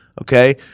okay